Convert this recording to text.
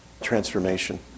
transformation